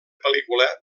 pel·lícula